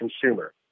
consumer